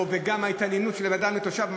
וגם ההתעניינות של אדם ותושב,